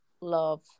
love